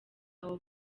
abo